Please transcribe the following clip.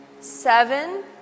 Seven